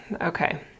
Okay